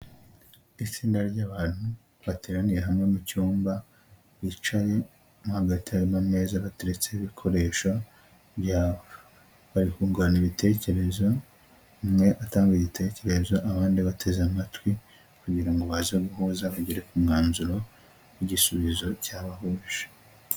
Itsinda ry'abantu bateraniye hamwe mu cyumba, bicaye, mo hagati harimo ameza bateretseho ibikoresho byabo, bari kungurana ibitekerezo, umwe atanga igitekerezo, abandi bateze amatwi kugira ngo baze guhuza bagere ku mwanzuro w'igisubizo cyabahuje.